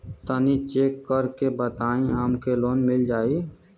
तनि चेक कर के बताई हम के लोन मिल जाई?